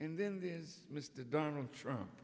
and then there's mr donald trump